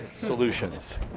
solutions